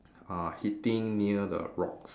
uh hitting near the rocks